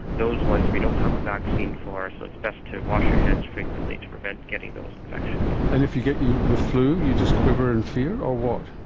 those ones we don't have a vaccine for so it's best to wash your hands frequently to prevent getting those infections. and if you get the flu, you just quiver in fear or what?